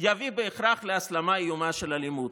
יביא בהכרח להסלמה איומה של אלימות".